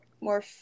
more